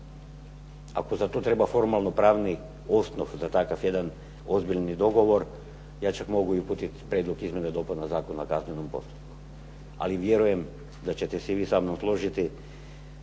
Ako za to treba formalno pravni osnov, za jedan takav ozbiljni dogovor, ja čak mogu uputiti Prijedlog izmjena zakona o kaznenom postupku, ali vjerujem da ćete se i vi sa mnom složiti